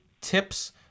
tips